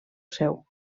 seu